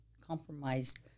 compromised